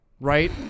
Right